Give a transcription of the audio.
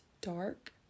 dark